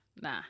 nah